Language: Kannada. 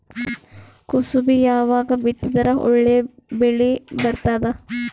ಕುಸಬಿ ಯಾವಾಗ ಬಿತ್ತಿದರ ಒಳ್ಳೆ ಬೆಲೆ ಬರತದ?